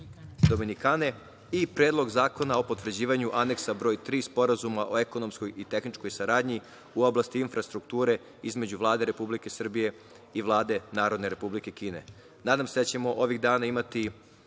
i Predlog zakona o potvrđivanju Aneksa br. 3 Sporazuma o ekonomskoj i tehničkoj saradnji u oblasti infrastrukture, između Vlade Republike Srbije i Vlade Narodne Republike Kine. Nadam se da ćemo ovih dana imati